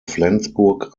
flensburg